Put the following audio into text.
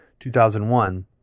2001